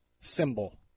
symbol